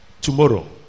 tomorrow